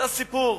זה הסיפור.